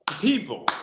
People